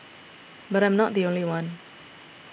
but I'm not the only one